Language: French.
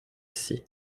scie